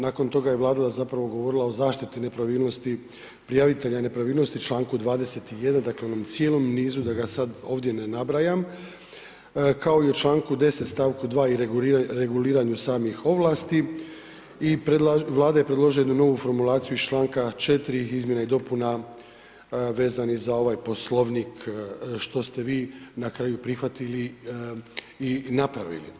Nakon toga je Vlada govorila o zaštiti nepravilnosti prijavitelja nepravilnost u čl. 21. dakle u onom cijelom nizu da ga sad ovdje ne nabrajam, kao i u čl. 10. st. 2. i reguliranju samih ovlasti i Vlada je predložila jednu novu formulaciju iz čl. 4.izmjena i dopuna vezanih za ovaj poslovnik što ste vi na kraju vi prihvatili i napravili.